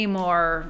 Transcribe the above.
more